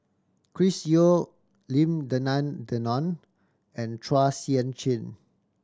Chris Yeo Lim Denan Denon and Chua Sian Chin